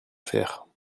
faire